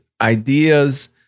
ideas